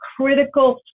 critical